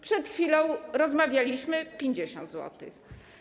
Przed chwilą rozmawialiśmy - 50 zł.